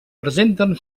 presenten